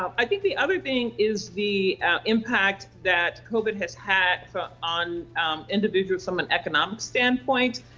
i think the other thing is the impact that covid has had on individuals from an economic standpoint.